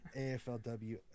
AFLW